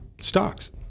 stocks